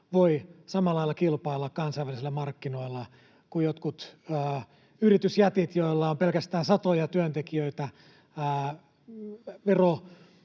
voi samalla lailla kilpailla kansainvälisillä markkinoilla kuin jotkut yritysjätit, joilla on satoja työntekijöitä